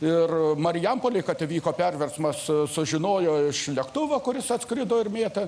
ir marijampolėj kad įvyko perversmas sužinojo iš lėktuvo kuris atskrido ir mėtė